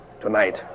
tonight